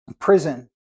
prison